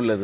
உள்ளது